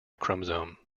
chromosome